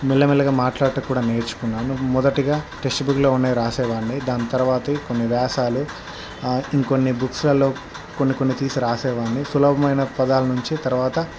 మెల్లమెల్లగా మాట్లాడటం కూడా నేర్చుకున్నాను మొదటిగా టెక్స్ట్ బుక్లో ఉన్నాయి వ్రాసేవాడిని దాని తరువాత కొన్ని వేసాలు ఇంకొన్ని బుక్స్లలో కొన్ని కొన్ని తీసి వ్రాసేవాడిని సులభమైన పదాల నుంచి తరువాత